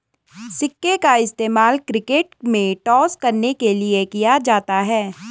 सिक्के का इस्तेमाल क्रिकेट में टॉस करने के लिए किया जाता हैं